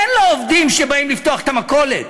אין לו עובדים שבאים לפתוח את המכולת.